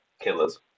killers